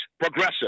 progressive